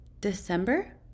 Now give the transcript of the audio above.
December